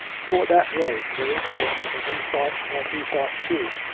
for that was the very thing that he thought that he thought too,